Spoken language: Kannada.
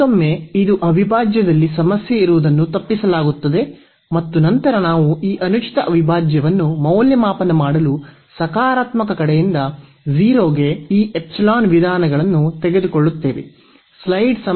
ಮತ್ತೊಮ್ಮೆ ಇದು ಅವಿಭಾಜ್ಯದಲ್ಲಿ ಸಮಸ್ಯೆ ಇರುವುದನ್ನು ತಪ್ಪಿಸಲಾಗುತ್ತದೆ ಮತ್ತು ನಂತರ ನಾವು ಈ ಅನುಚಿತ ಅವಿಭಾಜ್ಯವನ್ನು ಮೌಲ್ಯಮಾಪನ ಮಾಡಲು ಸಕಾರಾತ್ಮಕ ಕಡೆಯಿಂದ 0 ಗೆ ಈ ಎಪ್ಸಿಲಾನ್ ವಿಧಾನಗಳನ್ನು ತೆಗೆದುಕೊಳ್ಳುತ್ತೇವೆ